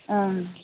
ओं